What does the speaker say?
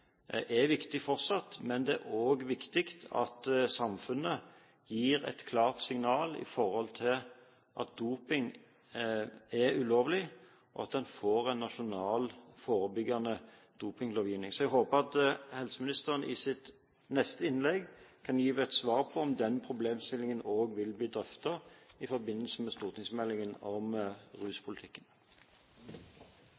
men det er også viktig at samfunnet gir et klart signal om at doping er ulovlig, og at man får en nasjonal, forebyggende dopinglovgivning. Jeg håper at helseministeren i sitt neste innlegg kan gi et svar på om den problemstillingen også vil bli drøftet i forbindelse med stortingsmeldingen om